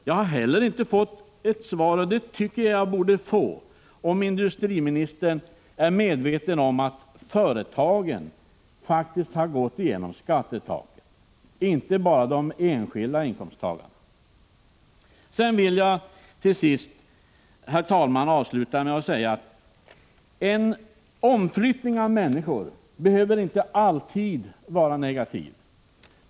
Jag har inte heller fått ett svar, och det tycker jag att jag borde få, om industriministern är medveten om att företagen faktiskt har gått genom skattetaket, inte bara de enskilda inkomsttagarna. Till sist, herr talman: En omflyttning av människor behöver inte alltid vara negativ.